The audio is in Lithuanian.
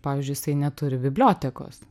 pavyzdžiui jisai neturi bibliotekos